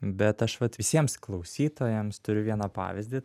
bet aš vat visiems klausytojams turiu vieną pavyzdį